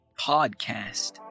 podcast